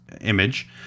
image